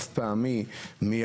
תגיד שאתה מעלה עכשיו עוד מחיר,